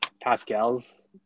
Pascal's